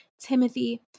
Timothy